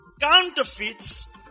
Counterfeits